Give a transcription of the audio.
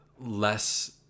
less